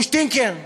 והוא שטינקר.